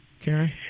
Karen